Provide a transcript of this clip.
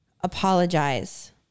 apologize